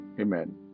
Amen